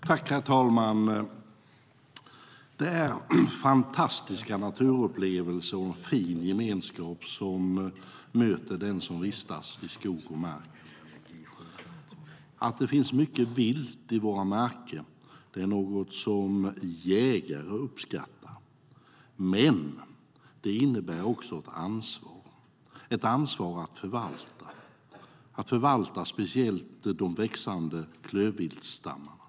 Herr talman! Det är fantastiska naturupplevelser och fin gemenskap som möter den som vistas i skog och mark. Att det finns mycket vilt i våra marker är något som jägare uppskattar, men det innebär också ansvar att förvalta, speciellt de växande klövviltstammarna.